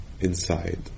inside